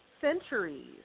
centuries